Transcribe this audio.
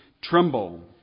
tremble